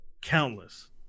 countless